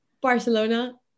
Barcelona